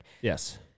Yes